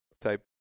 Type